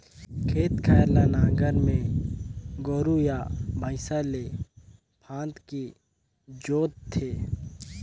खेत खार ल नांगर में गोरू या भइसा ले फांदके जोत थे